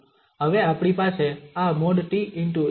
હવે આપણી પાસે આ |t|e−a|t| છે